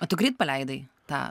o tu greit paleidai tą